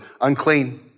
unclean